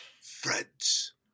Friends